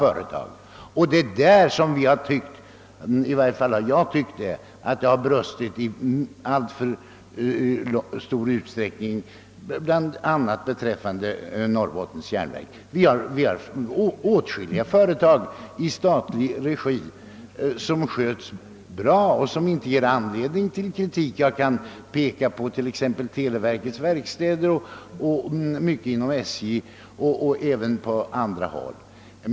I det fallet har det brustit i alltför stor utsträckning, bl.a. beträffande Norrbottens järnverk AB. Åtskilliga företag i statlig regi sköts bra och ger inte anledning till kritik; jag kan peka på televerkets verkstäder, mycket inom SJ och på andra håll.